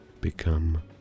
become